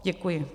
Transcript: Děkuji.